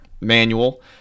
manual